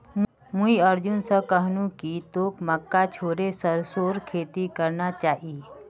मुई अर्जुन स कहनु कि तोक मक्का छोड़े सरसोर खेती करना चाइ